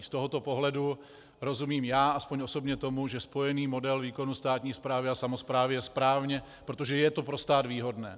Z tohoto pohledu rozumím alespoň já osobně tomu, že spojený model výkonu státní správy a samosprávy je správně, protože je to pro stát výhodné.